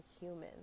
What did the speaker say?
humans